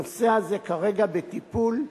הנושא הזה כרגע בטיפול,